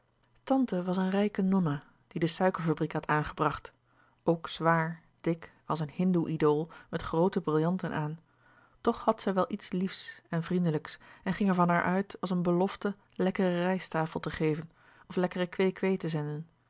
tante was een rijke nonna die de suikerfabriek had aangebracht ook zwaar dik als een hindoe idool met groote brillanten aan toch had zij wel iets liefs en vriendelijks en ging er van haar uit als een belofte lekkere rijsttafel te geven of lekkere kwee-kwee te zenden